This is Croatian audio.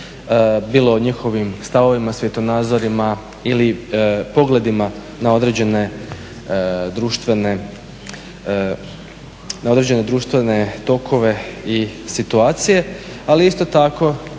bilo o njihovim stavovima, svjetonazorima ili pogledima na određene društvene tokove i situacije. Ali isto tako